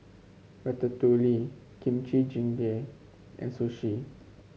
Ratatouille Kimchi Jjigae and Sushi